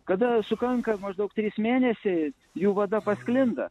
kada sukanka maždaug trys mėnesiai jų vada pasklinda